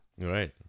Right